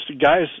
guys